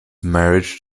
marriage